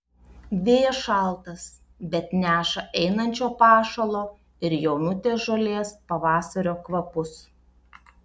vėjas šaltas bet neša einančio pašalo ir jaunutės žolės pavasario kvapus